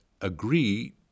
agree